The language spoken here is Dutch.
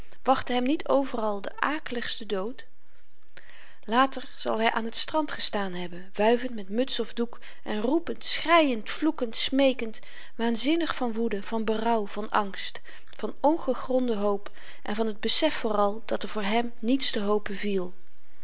wachtte hem niet overal de akeligste dood zeker zal hy aan t strand gestaan hebben wuivend met muts of doek en roepend schreiend vloekend smeekend waanzinnig van woede van berouw van angst van ongegronde hoop en van t besef vooral dat er voor hem niets te hopen viel